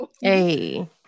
hey